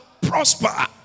prosper